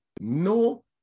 no